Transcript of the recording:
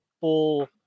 full